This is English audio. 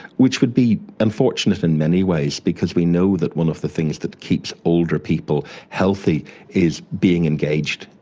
which would be unfortunate in many ways because we know that one of the things that keeps older people healthy is being engaged,